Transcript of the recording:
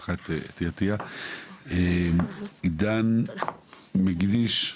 לוועדה, עידן מגידיש,